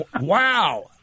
Wow